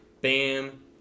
Bam